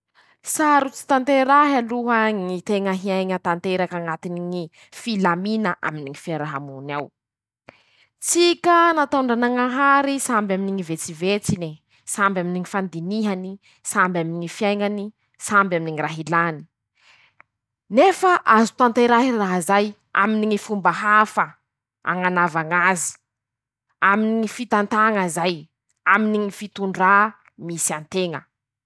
Sarotsy tanterahy aloha ñy tena hiaiña tanteraky añatiny ñy filamina aminy ñy fiarahamony ao. Tsika nataon-dranañahary samby aminy ñy vetsevetsine ,samby aminy ñy fandinihany ,samby aminy ñy fiaiñany ,samby aminy ñy raha ilàny ;nefa azo tanterahy raha zay aminy ñy fomba hafa ,añanava ñ'azy ,aminy ñy fitantaña zay ,aminy ñy fitondrà misy an-teña.